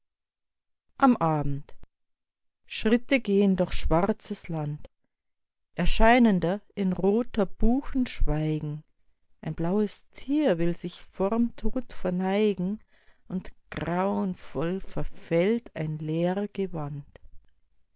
am abend schritte gehn durch schwarzes land erscheinender in roter buchen schweigen ein blaues tier will sich vorm tod verneigen und grauenvoll verfällt ein leer